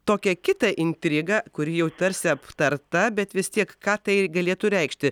tokią kitą intrigą kuri jau tarsi aptarta bet vis tiek ką tai galėtų reikšti